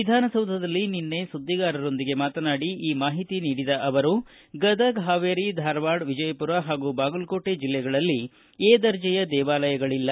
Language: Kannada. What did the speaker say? ವಿಧಾನಸೌಧದಲ್ಲಿ ನಿನ್ನೆ ಸುದ್ವಿಗಾರರೊಂದಿಗೆ ಮಾತನಾಡಿ ಈ ಮಾಹಿತಿ ನೀಡಿದ ಅವರು ಗದಗ ಪಾವೇರಿ ಧಾರವಾಡ ವಿಜಯಪುರ ಪಾಗೂ ಬಾಗಲಕೋಟೆ ಜಿಲ್ಲೆಗಳಲ್ಲಿ ಎ ದರ್ಜೆಯ ದೇವಾಲಯಗಳಲ್ಲ